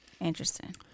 Interesting